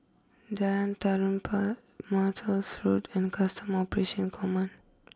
Jalan Tarum Road and Custom Operation Command